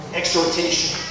exhortation